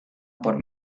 por